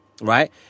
Right